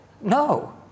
No